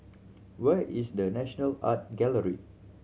where is The National Art Gallery